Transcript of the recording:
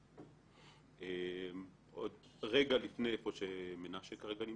אני רגע לפני איפה שמנשה כרגע נמצא.